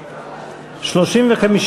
העבודה וקבוצת סיעת קדימה לסעיף 33 לא נתקבלה.